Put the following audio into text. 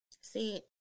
See